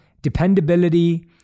dependability